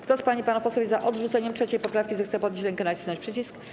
Kto z pań i panów posłów jest za odrzuceniem 3. poprawki, zechce podnieść rękę i nacisnąć przycisk.